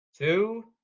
Two